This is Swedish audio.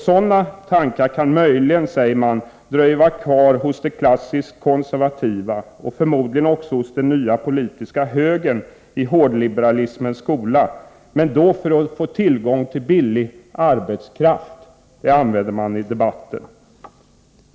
Sådana tankar kan möjligen, säger man, leva kvar hos de klassiskt konservativa och förmodligen också inom den nya politiska högern, som gått i hårdliberalismens skola. Då skulle avsikten vara att man vill ha billig arbetskraft. Sådana argument används i debatten.